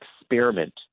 experiment